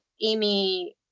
Amy